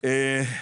יהיה כזה.